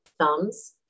thumbs